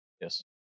yes